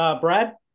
Brad